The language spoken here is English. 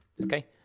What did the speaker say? Okay